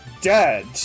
dead